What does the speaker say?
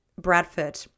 Bradford